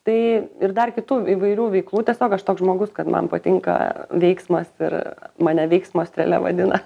tai ir dar kitų įvairių veiklų tiesiog aš toks žmogus kad man patinka veiksmas ir mane veiksmo strėle vadina